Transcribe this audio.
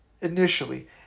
initially